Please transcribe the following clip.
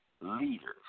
leaders